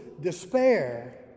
despair